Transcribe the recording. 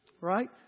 Right